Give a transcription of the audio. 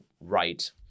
right